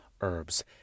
herbs